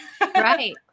Right